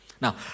Now